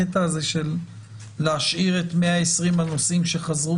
הקטע הזה להשאיר את 120 הנוסעים שחזרו